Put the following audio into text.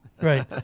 Right